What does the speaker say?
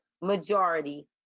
majority